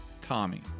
Tommy